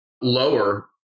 lower